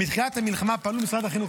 מתחילת המלחמה פעלו במשרד החינוך